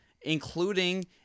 including